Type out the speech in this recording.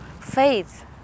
faith